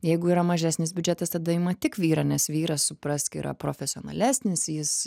jeigu yra mažesnis biudžetas tada ima tik vyrą nes vyras suprask yra profesionalesnis jis